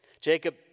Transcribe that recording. Jacob